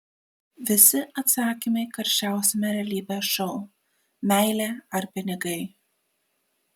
visi atsakymai karščiausiame realybės šou meilė ar pinigai